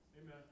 Amen